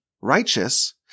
righteous